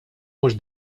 mhux